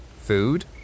Food